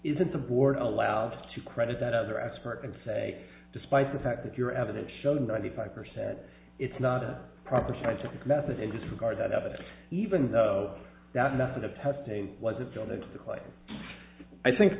isn't the board allowed to credit that other expert and say despite the fact that your evidence showed ninety five percent it's not a proper scientific method and disregard that evidence even though that method of testing was it still the